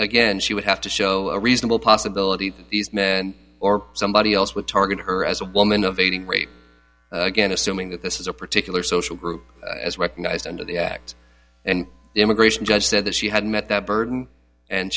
again she would have to show a reasonable possibility that these men or somebody else would target her as a woman of aiding rape again assuming that this is a particular social group as recognized under the act and the immigration judge said that she had met that burden and